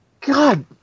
God